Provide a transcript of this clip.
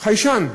חיישן: